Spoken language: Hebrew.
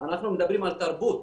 אנחנו מדברים על תרבות.